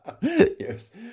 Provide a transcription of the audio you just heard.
Yes